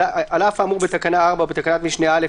8(ב)"על אף האמור בתקנה 4 ובתקנת משנה (א),